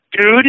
dude